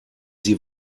sie